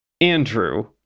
Andrew